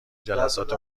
جلسات